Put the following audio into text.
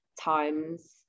times